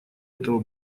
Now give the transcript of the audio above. этого